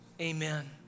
amen